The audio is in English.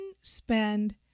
spend